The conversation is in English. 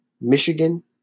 Michigan